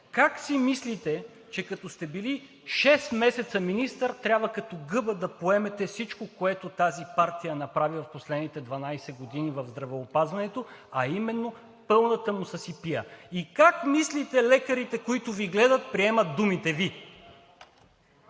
как си мислите, че като сте били шест месеца министър, трябва като гъба да поемете всичко, което тази партия е направила през последните 15 години в здравеопазването, а именно пълната му съсипия? И как мислите, лекарите, които Ви гледат, приемат думите Ви?